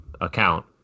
account